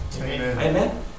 Amen